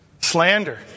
Slander